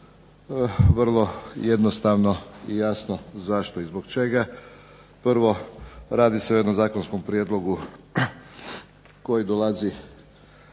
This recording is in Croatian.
Vrlo jednostavno i jasno zašto i zbog čega. Prvo, radi se o jednom zakonskom prijedlogu koji dolazi